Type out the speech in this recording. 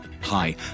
hi